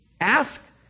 Ask